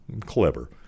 clever